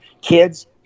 kids